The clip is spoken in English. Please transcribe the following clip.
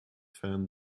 fan